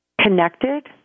connected